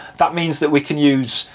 that means that we can use,